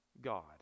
God